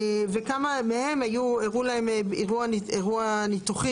וכמה מהם אירע להם אירוע ניתוחי